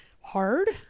Hard